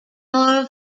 nor